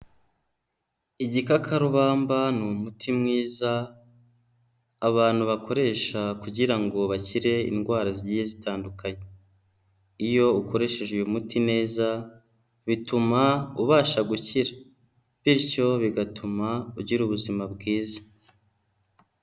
Igikakarubamba ni umuti mwiza abantu bakoresha kugira ngo bakire indwara zigiye zitandukanye, iyo ukoresheje uyu muti neza, bituma ubasha gukira bityo bigatuma ugira ubuzima bwiza.